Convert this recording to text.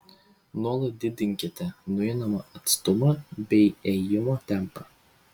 nuolat didinkite nueinamą atstumą bei ėjimo tempą